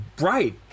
Right